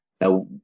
Now